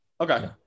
Okay